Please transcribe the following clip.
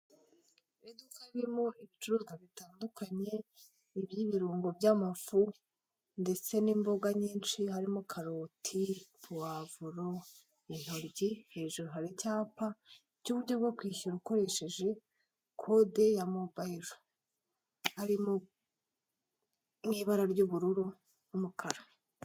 Iduka ririmo ibicuruzwa bitandukanye, iby'ibirungo, iby'amafu ndetse n'imboga nyinshi, harimo karoti, puwavuro, intoryi, hejuru hari icyapa cy'uburyo bwo kwishyura ukoresheje kode ya mobayiro. Harimo n'ibara ry'ubururu n'umukara.